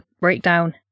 breakdown